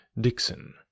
Dixon